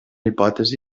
hipòtesi